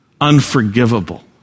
unforgivable